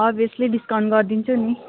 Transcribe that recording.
obviously discount गरिदिन्छु नि